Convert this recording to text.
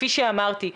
כפי שאמרתי,